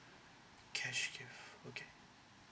cash gift okay